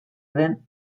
den